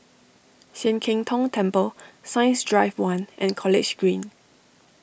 Sian Keng Tong Temple Science Drive one and College Green